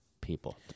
people